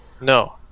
No